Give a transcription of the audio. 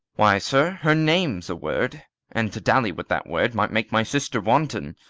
why, sir, her name's a word and to dally with that word might make my sister wanton.